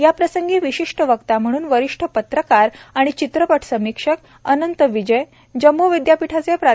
याप्रसंगी विशिष्ट वक्ता म्हणून वरिष्ठ पत्रकार व चित्रपट समीक्षक अनंत विजय जम्मू विद्यापीठाचे प्रा